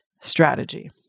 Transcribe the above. strategy